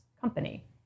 company